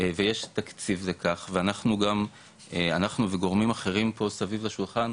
ויש תקציב לכך ואנחנו וגורמים אחרים פה סביב לשולחן,